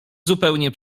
zupełnie